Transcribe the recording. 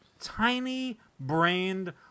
tiny-brained